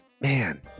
Man